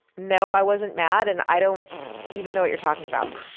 no, i wasn't mad, and i don't even know what you're talking about,